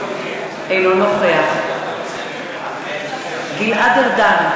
אינו נוכח גלעד ארדן,